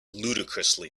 ludicrously